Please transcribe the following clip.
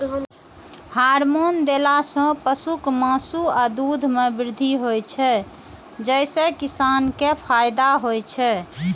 hormone देला सं पशुक मासु आ दूध मे वृद्धि होइ छै, जइसे किसान कें फायदा होइ छै